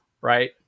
right